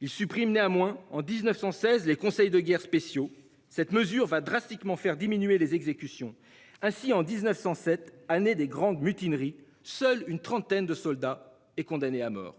Il supprime néammoins en 1916, les conseils de guerre spéciaux. Cette mesure va drastiquement faire diminuer les exécutions. Ainsi en 1900, cette année, des grandes mutineries, seule une trentaine de soldats et condamné à mort.